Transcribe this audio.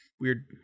Weird